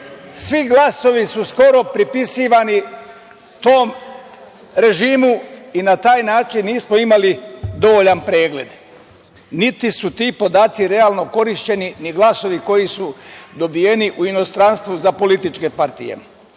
svi glasovi su skoro pripisivani tom režimu i na taj način nismo imali dovoljan pregled, niti su ti podaci realno korišćeni, ni glasovi koji su dobijeni u inostranstvu za političke